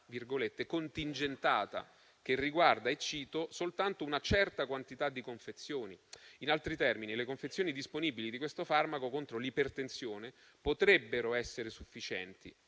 "contingentata", che riguarda soltanto una certa quantità di confezioni (citazione testuale): in altri termini, le confezioni disponibili di questo farmaco contro l'ipertensione potrebbero essere sufficienti,